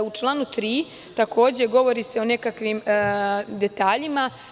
U članu 3. takođe se govori o nekakvim detaljima.